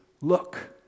look